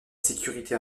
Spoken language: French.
sécurité